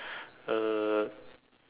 uh